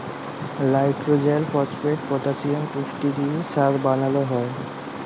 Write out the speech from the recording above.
লাইট্রজেল, phosphate, potassium পুষ্টি দিঁয়ে সার বালাল হ্যয়